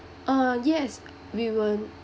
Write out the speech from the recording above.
uh yes we will